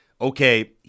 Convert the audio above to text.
okay